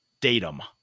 datum